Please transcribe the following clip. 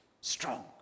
strong